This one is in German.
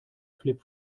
flip